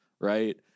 Right